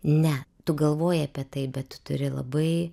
ne tu galvoji apie tai bet turi labai